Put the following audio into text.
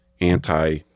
anti